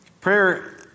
Prayer